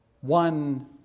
One